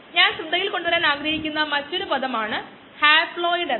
1xdxdtμ batch വളർച്ച വിവരിക്കാൻ ഈ മോഡൽ ഉപയോഗിക്കാം പക്ഷേ ഭാഗങ്ങൾ ആയിട്ട്